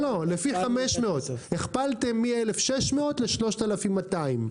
הכפלת מ-1,600 ל-3,200.